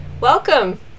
welcome